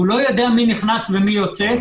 הוא לא יודע מי נכנס ומי יוצא.